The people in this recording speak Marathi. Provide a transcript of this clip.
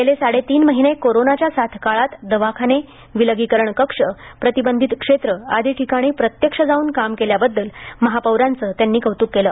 गेले साडेतीन महिने कोरोनाच्या साथकाळात दवाखाने विलगीकरण कक्ष प्रतिबंधित क्षेत्र आदी ठिकाणी प्रत्यक्ष जाऊन काम केल्याबद्दल महापौरांचं त्यांनी कौत्क केलं